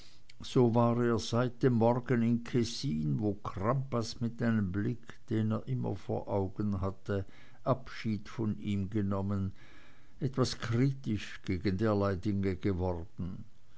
so war er seit dem morgen in kessin wo crampas mit einem blick den er immer vor augen hatte abschied von ihm genommen etwas kritisch gegen derlei dinge geworden